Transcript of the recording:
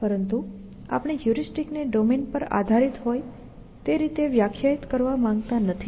પરંતુ આપણે હ્યુરિસ્ટિક ને ડોમેન પર આધારિત હોય તે રીતે વ્યાખ્યાયિત કરવા માંગતા નથી